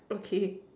okay